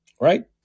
right